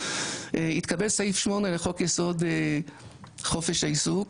התקבל סעיף 8 לחוק יסוד חופש העיסוק,